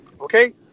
okay